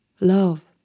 Love